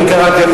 אני קראתי.